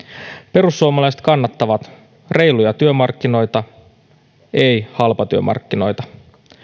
perussuomalaiset kannattavat reiluja työmarkkinoita eivät halpatyömarkkinoita